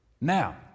Now